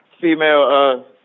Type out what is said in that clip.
female